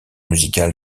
musical